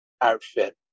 outfit